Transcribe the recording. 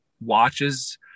Watches